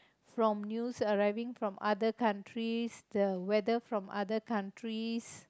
from news arriving from other countries the weather from other countries